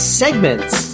segments